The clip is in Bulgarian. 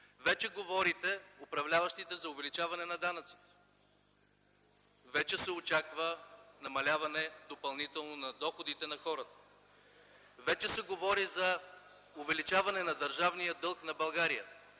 вече говорите за увеличаване на данъците. Вече се очаква допълнително намаляване на доходите на хората. Вече се говори за увеличаване на държавния дълг на България.